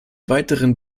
weiteren